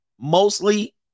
Mostly